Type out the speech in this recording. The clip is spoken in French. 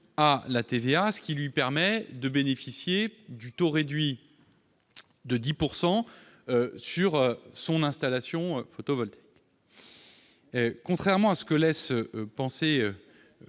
à la TVA, ce qui lui permet de bénéficier du taux réduit de 10 % sur son installation photovoltaïque. Contrairement à ce que laissent penser